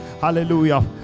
Hallelujah